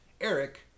Eric